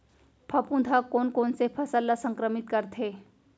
फफूंद ह कोन कोन से फसल ल संक्रमित करथे?